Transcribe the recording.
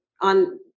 on